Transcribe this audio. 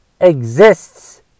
exists